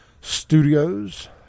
Studios